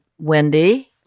Wendy